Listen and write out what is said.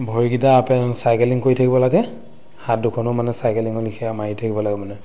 ভৰিকেইটা আপেন চাইকেলিং কৰি থাকিব লাগে হাত দুখনো মানে চাইকেলিঙৰ লিখিয়া মাৰি থাকিব লাগে মানে